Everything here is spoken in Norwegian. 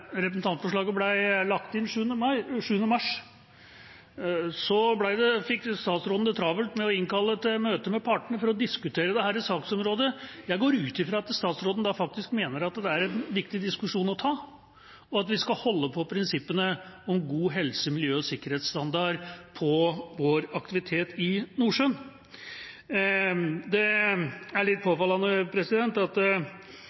travelt med å innkalle til møte med partene for å diskutere dette saksområdet. Jeg går ut fra at statsråden da faktisk mener at det er en viktig diskusjon å ta, og at vi skal holde på prinsippene om god helse-, miljø- og sikkerhetsstandard i vår aktivitet i Nordsjøen. Det er litt